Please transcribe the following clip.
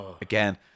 Again